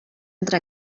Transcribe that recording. entre